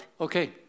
Okay